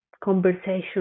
conversation